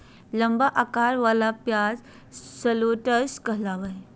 लंबा अकार वला प्याज शलोट्स कहलावय हय